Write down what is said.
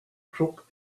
crook